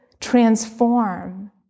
transform